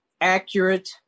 accurate